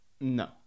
no